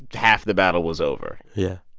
half the battle was over yeah.